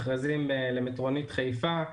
מכרזים למטרונית חיפה,